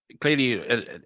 Clearly